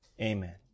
Amen